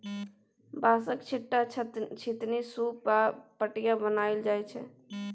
बाँसक, छीट्टा, छितनी, सुप आ पटिया बनाएल जाइ छै